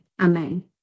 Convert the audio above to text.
Amen